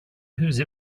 whose